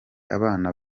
abana